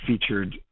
featured